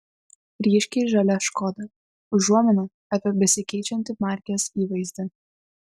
ryškiai žalia škoda užuomina apie besikeičiantį markės įvaizdį